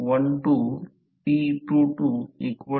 म्हणून तांबे loss Re2 I2 2असेल